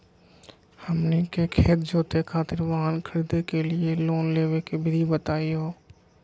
हमनी के खेत जोते खातीर वाहन खरीदे लिये लोन लेवे के विधि बताही हो?